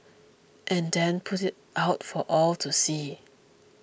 and then put it out for all to see